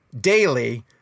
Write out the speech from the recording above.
daily